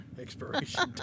expiration